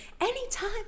anytime